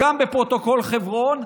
גם בפרוטוקול חברון,